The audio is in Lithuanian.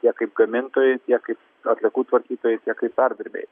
tiek kaip gamintojai tiek kaip atliekų tvarkytojai tiek kaip perdirbėjai